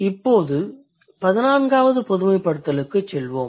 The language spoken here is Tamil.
இப்போது பதினான்காவது பொதுமைப்படுத்தலுக்கு செல்வோம்